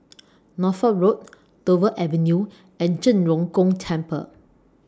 Norfolk Road Dover Avenue and Zhen Ren Gong Temple